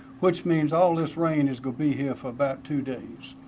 which means all this rain is going to be here for about two days.